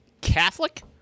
Catholic